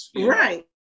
Right